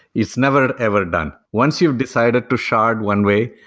it's never ever done. once you've decided to shard one way,